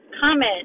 comment